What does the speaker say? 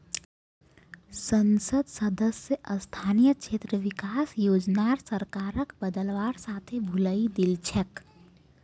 संसद सदस्य स्थानीय क्षेत्र विकास योजनार सरकारक बदलवार साथे भुलई दिल छेक